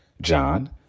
John